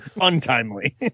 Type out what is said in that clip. untimely